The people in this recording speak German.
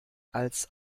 als